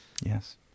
Yes